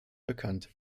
bekannt